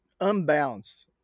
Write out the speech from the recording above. unbalanced